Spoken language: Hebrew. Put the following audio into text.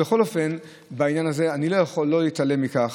בכל אופן, בעניין הזה, אני לא יכול להתעלם מכך